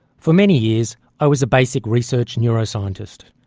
for many years i was a basic research neuroscientist.